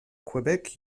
quebec